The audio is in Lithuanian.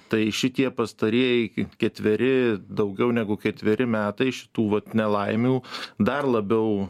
tai šitie pastarieji iki ketveri daugiau negu ketveri metai šitų vat nelaimių dar labiau